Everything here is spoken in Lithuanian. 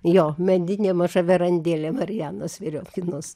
jo medinė maža verandėlė marianos viriofkinos